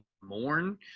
mourn